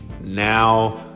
now